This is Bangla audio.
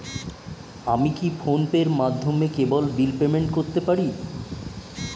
আমি কি ফোন পের মাধ্যমে কেবল বিল পেমেন্ট করতে পারি?